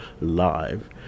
live